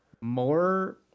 more